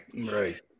right